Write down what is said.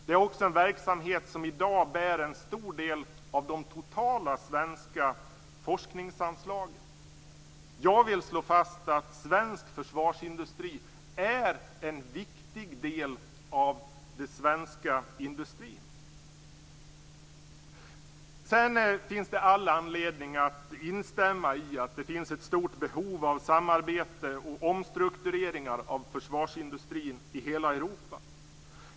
Det är också en verksamhet som i dag bär en stor del av de totala svenska forskningsanslagen. Jag vill slå fast att svensk försvarsindustri är en viktig del av den svenska industrin. Sedan finns det all anledning att instämma i att det finns ett stort behov av samarbete inom och omstruktureringar av försvarsindustrin i hela Europa.